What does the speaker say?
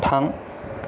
थां